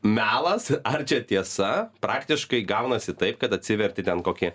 melas ar čia tiesa praktiškai gaunasi taip kad atsiverti ten kokį